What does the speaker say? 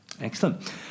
Excellent